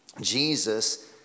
Jesus